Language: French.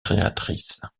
créatrice